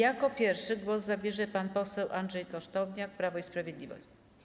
Jako pierwszy głos zabierze pan poseł Andrzej Kosztowniak, Prawo i Sprawiedliwość.